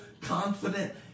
confident